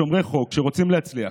שומרי חוק שרוצים להצליח.